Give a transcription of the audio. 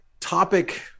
topic